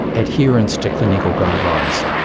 adherence to clinical guidelines.